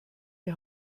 die